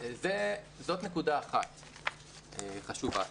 זו נקודה אחת חשובה.